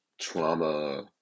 trauma